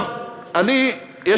לא פשוט.